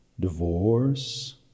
Divorce